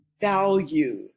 value